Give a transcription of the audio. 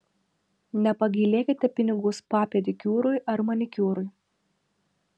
nepagailėkite pinigų spa pedikiūrui ar manikiūrui